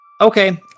Okay